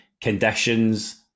conditions